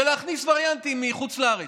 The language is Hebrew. להכניס וריאנטים מחוץ לארץ?